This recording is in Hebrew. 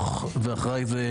או בכפוף לזה.